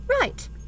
Right